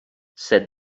said